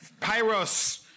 Pyros